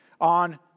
on